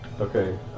Okay